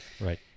Right